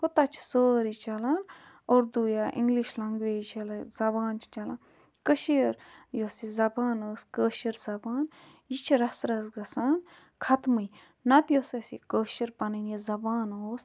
گوٚو تَتہِ چھُ سورُے چَلان اُردو یا اِنٛگلِش لنٛگویج چلان زبان چھِ چَلان کٔشیٖر یۄس یہِ زبان ٲس کٲشُر زبان یہِ چھِ رَژھ رَژھ گَژھان ختمٕے نَہ تہٕ یۄس اسہِ یہِ کٲشُر پَنٕنۍ یہِ زبان ٲس